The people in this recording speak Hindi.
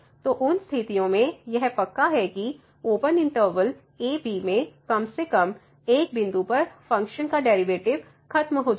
तो उन स्थितियों में यह पक्का है कि ओपन इंटरवल a b में कम से कम एक बिंदु पर फ़ंक्शन का डेरिवैटिव खत्म हो जाएगा